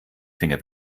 finger